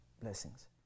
Blessings